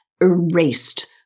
erased